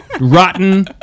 Rotten